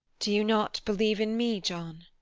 do you not believe in me, john?